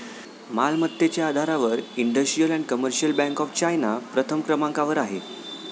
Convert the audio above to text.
मालमत्तेच्या आधारावर industrial and commercial bank of China प्रथम क्रमांकावर आहे